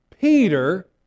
Peter